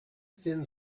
thin